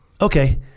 okay